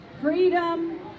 freedom